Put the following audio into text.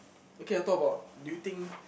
okay ah I talk about do you think